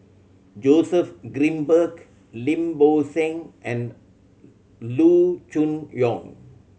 Joseph Grimberg Lim Bo Seng and Loo Choon Yong